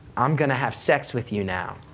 i'm gonna have sex with you now.